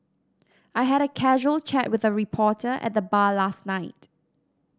I had a casual chat with a reporter at the bar last night